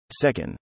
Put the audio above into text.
Second